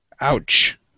Ouch